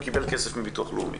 הוא קיבל כסף מביטוח לאומי,